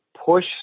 Push